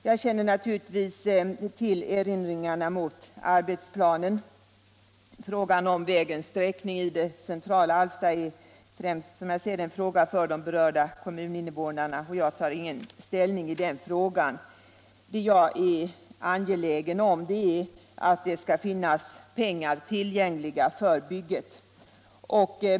Jag känner naturligtvis till erinringarna mot arbetsplanen. Frågan om vägens sträckning i det centrala Alfta är som jag ser det främst en fråga för de berörda kommuninvånarna, och jag tar inte ställning i den frågan. Vad jag är angelägen om är att det skall finnas pengar tillgängliga för bygget.